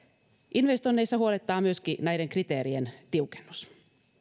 investoinneissa huolettaa myöskin näiden kriteerien tiukennus